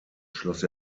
schloss